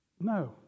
No